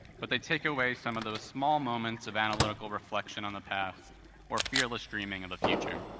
but they take away some of those small moments of analytical reflection on the past or fearless dreaming of the future.